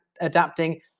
adapting